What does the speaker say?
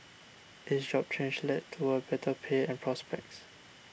each job change led to a better pay and prospects